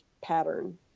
pattern